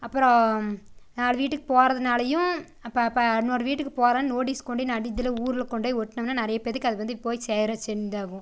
அப்புறோம் நாலு வீட்டுக் போகிறதுனாலையும் அப்போ பா இன்னொரு வீட்டுக்கு போகிறேன் நோட்டிஸ் கொண்டு நடு இதில் ஊரில் கொண்டு ஒட்டுனமுன்னா நிறைய பேற்றுக்கு அது வந்து போய் சேரும் சென்ட் ஆகும்